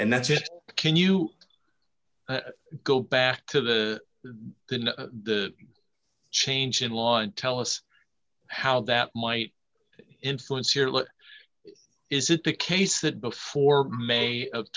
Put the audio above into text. and that's it can you go back to the then the change in law and tell us how that might influence here is it the case that before may of